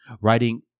writing